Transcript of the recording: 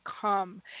come